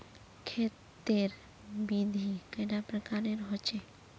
खेत तेर विधि कैडा प्रकारेर होचे?